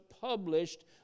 published